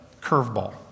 curveball